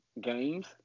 games